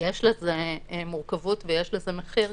יש לזה מורכבות ויש לזה מחיר,